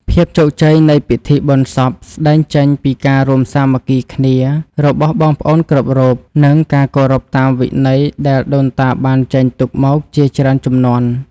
ភាពជោគជ័យនៃពិធីបុណ្យសពស្តែងចេញពីការរួមសាមគ្គីគ្នារបស់បងប្អូនគ្រប់រូប និង ការគោរពតាមវិន័យដែលដូនតាបានចែងទុកមកជាច្រើនជំនាន់។